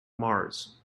mars